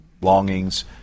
longings